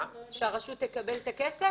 --- הרשות,